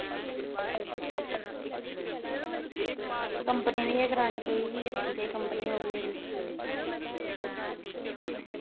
company दी गै करानी कोई बी अच्छी जेही कम्पनी होग जेह्ड़ी